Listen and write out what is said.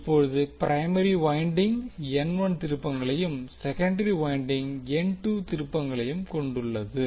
இப்போது primary winding N1 திருப்பங்களையும் secondary winding N2 திருப்பங்களையும் கொண்டுள்ளது